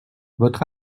votre